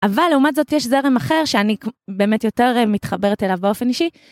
אבל לעומת זאת יש זרם אחר שאני באמת יותר מתחברת אליו באופן אישי.